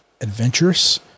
adventurous